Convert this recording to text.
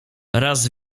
raz